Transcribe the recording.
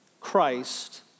Christ